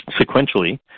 Sequentially